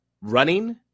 running